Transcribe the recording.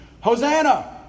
Hosanna